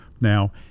now